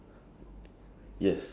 okay have you watched the